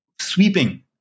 sweeping